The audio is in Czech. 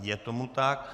Je tomu tak.